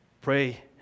pray